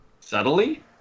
Subtly